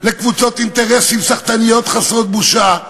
לקבוצות אינטרסים סחטניות חסרות בושה,